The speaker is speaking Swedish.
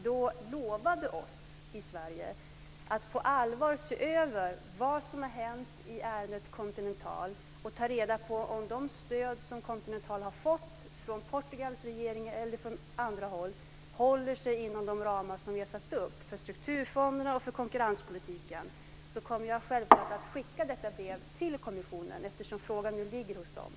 De lovade då oss i Sverige att på allvar se över vad som har hänt i ärendet Continental och ta reda på om de stöd som Continental har fått från Portugals regering eller från andra håll håller sig inom de ramar som vi har satt upp för strukturfonderna och för konkurrenspolitiken. Jag kommer självklart att skicka brevet från Portugal till kommissionen eftersom frågan nu ligger hos dem.